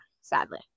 sadly